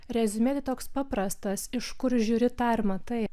reziumė toks paprastas iš kur žiūri tą ir matai